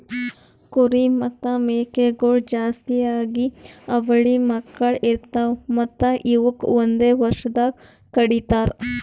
ಕುರಿ ಮತ್ತ್ ಮೇಕೆಗೊಳ್ ಜಾಸ್ತಿಯಾಗಿ ಅವಳಿ ಮಕ್ಕುಳ್ ಇರ್ತಾವ್ ಮತ್ತ್ ಇವುಕ್ ಒಂದೆ ವರ್ಷದಾಗ್ ಕಡಿತಾರ್